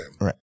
Right